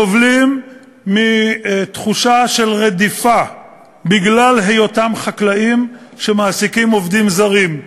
סובלים מתחושה של רדיפה בגלל היותם חקלאים שמעסיקים עובדים זרים.